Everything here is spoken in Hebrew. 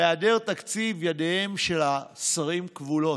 בהיעדר תקציב, ידיהם של השרים כבולות.